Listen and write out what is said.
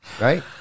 right